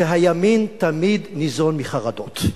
שהימין תמיד ניזון מחרדות.